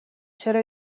چرا